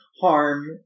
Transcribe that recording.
harm